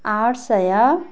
आठ सय